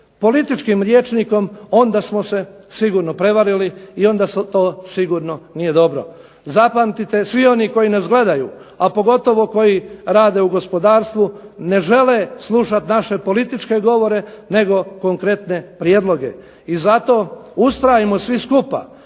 političkim rječnikom onda smo se sigurno prevarili i onda to sigurno nije dobro. Zapamtite svi oni koji nas gledaju a pogotovo oni koji rade u gospodarstvu ne žele slušati naše političke govore nego konkretne prijedloge i zato ustrajmo svi skupa